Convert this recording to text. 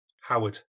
Howard